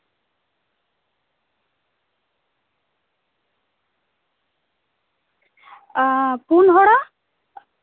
ᱟ ᱯᱩᱱ ᱦᱚᱲᱟᱜ